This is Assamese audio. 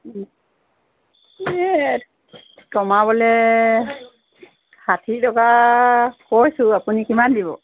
এই কমাবলৈ ষাঠি টকা কৈছোঁ আপুনি কিমান দিব